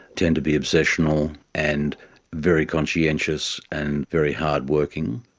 tend to be obsessional, and very conscientious and very hard working.